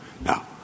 Now